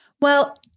Well-